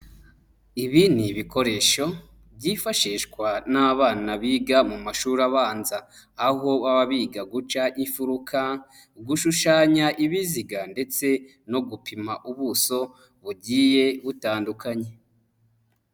Ibi ni ibikoresho byifashishwa n'abana biga mu mashuri abanza, aho baba biga guca imfuruka, gushushanya ibiziga ndetse no gupima ubuso bugiye butandukanye.